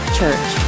Church